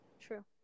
True